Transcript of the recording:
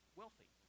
wealthy